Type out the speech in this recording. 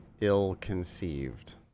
ill-conceived